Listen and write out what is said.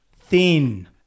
thin